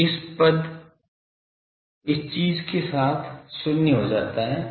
तो यह पद इस चीज के साथ 0 हो जाता है